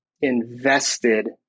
invested